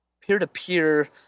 peer-to-peer